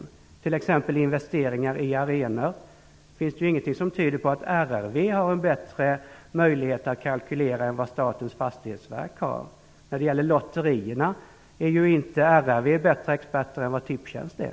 När det gäller t.ex. investeringar i arenor finns det ingenting som tyder på att RRV har en bättre möjlighet att kalkylera än vad Statens fastighetsverk har. När det gäller lotterierna är RRV inte bättre expert än vad Tipstjänst är.